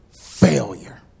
Failure